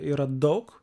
yra daug